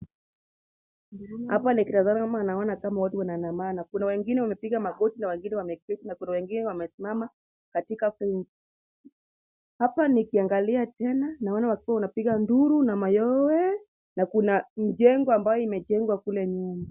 Hapa nikitazama naona ni kama watu wana andamana wengine wanapiga mgoti na wengine wameketi na wengine wamesimama katika kumbi. Hapa nikiangalia tena naona watu wanapiga nduru na mayowe na kuna mjengo ambalo limejengwa pale nyuma.